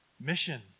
Mission